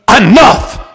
Enough